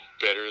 better